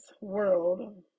world